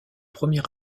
premier